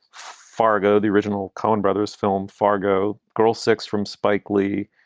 fargo, the original coen brothers film fargo girls six from spike lee.